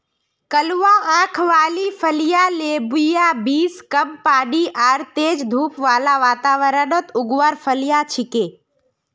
कलवा आंख वाली फलियाँ लोबिया बींस कम पानी आर तेज धूप बाला वातावरणत उगवार फलियां छिके